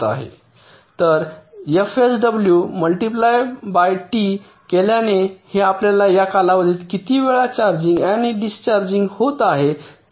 तर FSW multiply by T केल्याने हे आपल्याला या कालावधीत किती वेळा चार्जिंग आणि डिस्चार्जिंग होत आहे ते देईल